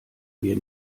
mir